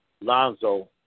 Lonzo